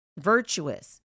virtuous